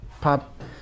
pop